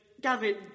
Gavin